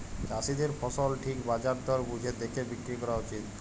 চাষীদের ফসল ঠিক বাজার দর বুঝে দ্যাখে বিক্রি ক্যরা উচিত